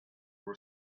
were